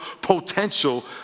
potential